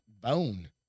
bone